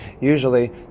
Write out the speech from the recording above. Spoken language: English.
usually